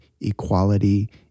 equality